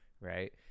Right